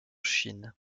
chine